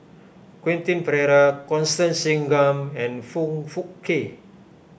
Quentin Pereira Constance Singam and Foong Fook Kay